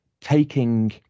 taking